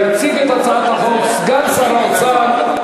יציג את הצעת החוק סגן שר האוצר,